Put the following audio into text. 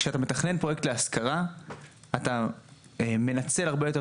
כשאתה מתכנן פרויקט להשכרה אתה מנצל הרבה יותר